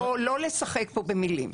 לא לשחק כאן במילים.